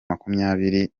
makumyabiri